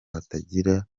hatagira